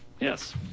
Yes